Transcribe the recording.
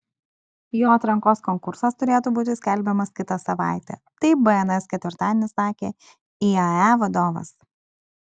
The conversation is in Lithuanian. jo atrankos konkursas turėtų būti skelbiamas kitą savaitę taip bns ketvirtadienį sakė iae vadovas